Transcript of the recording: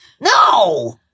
No